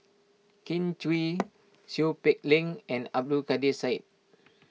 Kin Chui Seow Peck Leng and Abdul Kadir Syed